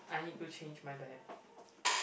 I need to change my bag